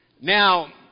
Now